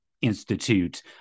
Institute